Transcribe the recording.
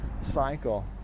cycle